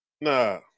Nah